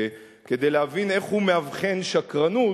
כדי להבין איך הוא מאבחן שקרנות,